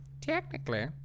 Technically